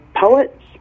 poets